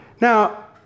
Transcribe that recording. Now